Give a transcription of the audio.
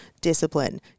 discipline